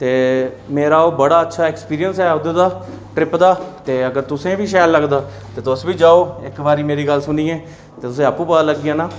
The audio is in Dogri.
ते मेरा ओह् बड़ा अच्छा ऐक्सपीरियंस ऐ उद्धर दा ट्रिप दा ते अगर तुसें गी बी शैल लगदा ते तुस बी जाओ इक बारी मेरी गल्ल सुनियै ते तुसें गी आपूं पता लग्गी जाना